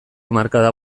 hamarkada